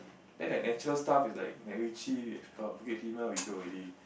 then like natural stuff is like Macritchie from Bukit-Timah you know already